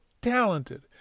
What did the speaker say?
talented